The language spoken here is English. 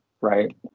right